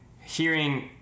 hearing